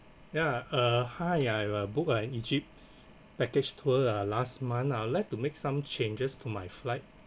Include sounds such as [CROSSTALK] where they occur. yeah uh hi uh I booked a egypt [BREATH] package tour uh last month I would like to make some changes to my flight